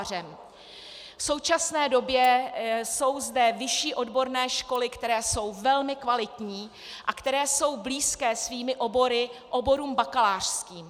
V současné době jsou zde vyšší odborné školy, které jsou velmi kvalitní a které jsou blízké svými obory oborům bakalářským.